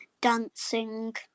dancing